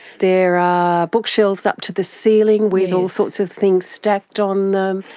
there are bookshelves up to the ceiling with all sorts of things stacked on them,